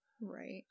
right